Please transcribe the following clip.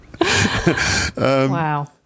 Wow